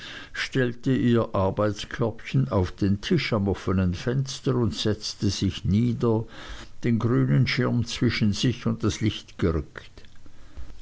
stellte ihr arbeitskörbchen auf den tisch am offnen fenster und setzte sich nieder den grünen schirm zwischen sich und das licht gerückt